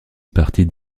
partie